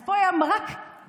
אז פה היה מרק מלחם.